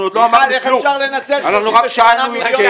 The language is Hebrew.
עוד לא אמרנו כלום, רק שאלנו שאלות.